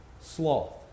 sloth